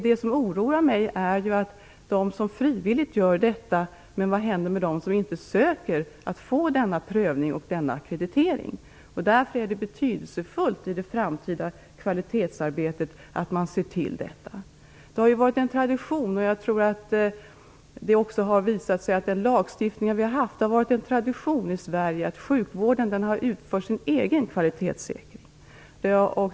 Det som oroar mig är dock inte de som frivilligt gör detta utan vad som händer med dem som inte söker denna prövning och denna ackreditering. Det är därför betydelsefullt att man ser till detta i det framtida kvalitetsarbetet. Det har ju varit en tradition i Sverige, och jag tror att det också har visat sig i den lagstiftning vi har haft, att sjukvården utför sin egen kvalitetssäkring.